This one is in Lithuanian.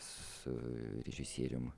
su režisierium